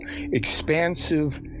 expansive